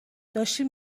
داشتیم